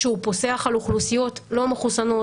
שהוא פוסח על אוכלוסיות לא מחוסנות,